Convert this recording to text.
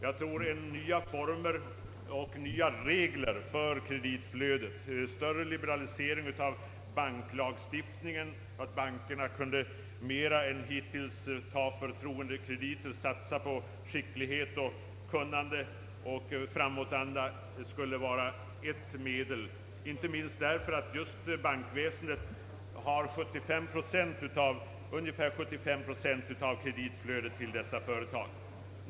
Jag anser att nya former och nya regler för kreditflödet — genom större liberalisering av banklagstiftningen så att bankerna mer än hittills kunde acceptera förtroendekrediter och satsa på skicklighet, kunnande och framåtanda — borde vara ett medel, inte minst därför att just bankväsendet svarar för 75 procent av kreditflödet till dessa företag.